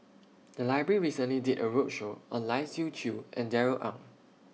The Library recently did A roadshow on Lai Siu Chiu and Darrell Ang